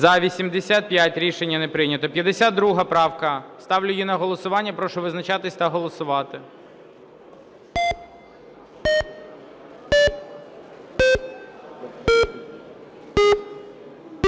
За-85 Рішення не прийнято. 52 правка. Ставлю її на голосування. Прошу визначатись та голосувати.